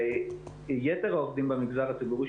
ויתר העובדים במגזר הציבורי,